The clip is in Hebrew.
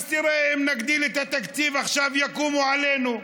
אז תראה, אם נגדיל את התקציב עכשיו יקומו עלינו.